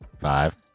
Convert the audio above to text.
Five